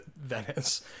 Venice